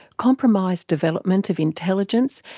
compromised development of intelligence,